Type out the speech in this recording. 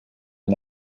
mir